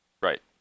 Right